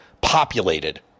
populated